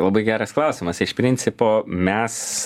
labai geras klausimas iš principo mes